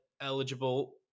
eligible